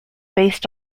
based